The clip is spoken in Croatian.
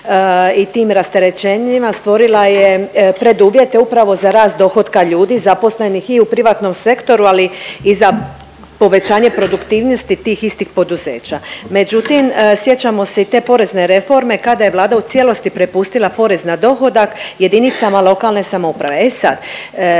i tim rasterećenjima stvorila je preduvjete upravo za rast dohotka ljudi zaposlenih i u privatnom sektoru, ali i za povećanje produktivnosti tih istih poduzeća. Međutim, sjećamo se i te porezne reforme kada je Vlada u cijelosti prepustila pore na dohodak jedinicama lokalne samouprave. E sad,